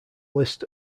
list